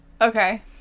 Okay